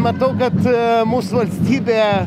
matau kad mūsų valstybė